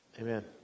Amen